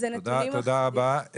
תודה רבה.